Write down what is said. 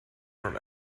from